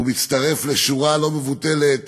וזה מצטרף לשורה לא מבוטלת